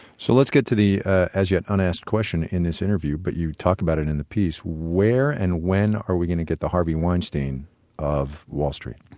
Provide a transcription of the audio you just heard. so let's get to the as-yet unasked question in this interview, but you talked about it in the piece where and when are we going to get the harvey weinstein of wall street?